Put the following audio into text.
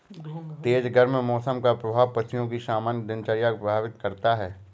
तेज गर्म मौसम का प्रभाव पशुओं की सामान्य दिनचर्या को प्रभावित करता है